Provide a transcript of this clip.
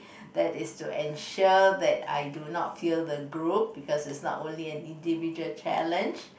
that is to ensure that I do not fail the group because it's not only an individual challenge